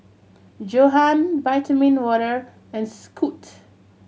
Johan Vitamin Water and Scoot